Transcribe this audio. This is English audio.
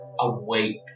Awake